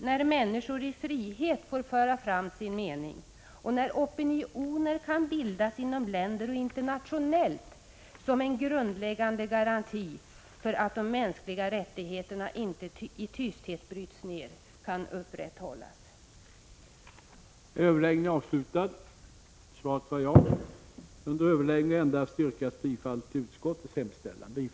Att människor i frihet får föra fram sin mening och att opinioner kan bildas inom länder och internationellt utgör en grundläggande garanti för att de mänskliga rättigheterna kan upprätthållas och inte i tysthet bryts ner.